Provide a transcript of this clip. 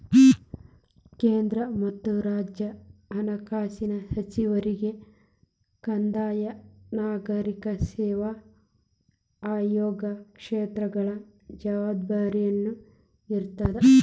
ಕೇಂದ್ರ ಮತ್ತ ರಾಜ್ಯ ಹಣಕಾಸಿನ ಸಚಿವರಿಗೆ ಕಂದಾಯ ನಾಗರಿಕ ಸೇವಾ ಆಯೋಗ ಕ್ಷೇತ್ರಗಳ ಜವಾಬ್ದಾರಿನೂ ಇರ್ತದ